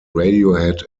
radiohead